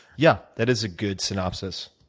yeah. that is a good synopsis.